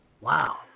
Wow